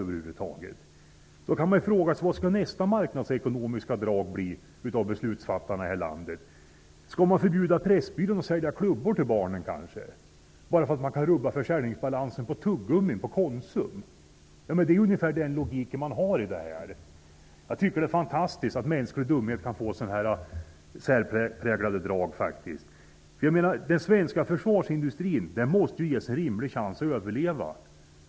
Man kan då fråga sig: Vad skall beslutsfattarnas nästa marknadsekonomiska drag bli i detta land? Skall man kanske förbjuda AB Svenska pressbyrån att sälja klubbor till barnen, därför att försäljningsbalansen på tuggummi annars kan komma att rubbas på Konsum. Det är ungefär den logik man visar. Det är fantastiskt att mänsklig dumhet kan få så särpräglade drag. Den svenska försvarsindustrin måste ju ges en rimlig chans till överlevnad.